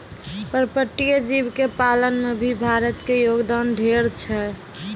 पर्पटीय जीव के पालन में भी भारत के योगदान ढेर छै